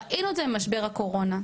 ראינו את זה במשבר הקורונה,